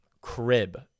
Crib